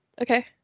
Okay